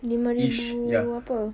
lima ribu apa